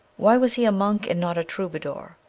why was he a monk and not a troubadour?